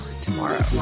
tomorrow